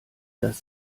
das